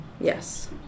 Yes